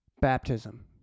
baptism